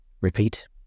repeat